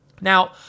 Now